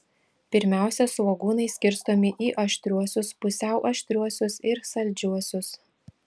pirmiausia svogūnai skirstomi į aštriuosius pusiau aštriuosius ir saldžiuosius